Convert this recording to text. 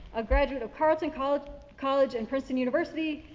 a graduate of carleton college college and princeton university.